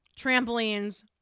trampolines